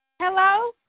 Hello